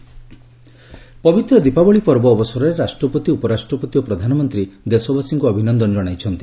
ଦୀପାବଳି ଶୁଭେଚ୍ଛା ପବିତ୍ର ଦୀପାବଳି ପର୍ବ ଅବସରରେ ରାଷ୍ଟ୍ରପତି ଉପରାଷ୍ଟ୍ରପତି ଓ ପ୍ରଧାନମନ୍ତ୍ରୀ ଦେଶବାସୀଙ୍କୁ ଅଭିନନ୍ଦନ ଜଣାଇଛନ୍ତି